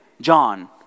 John